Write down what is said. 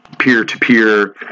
peer-to-peer